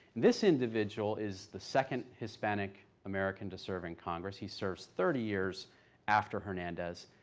this individual is the second hispanic american to serve in congress he serves thirty years after hernandez.